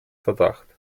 verdacht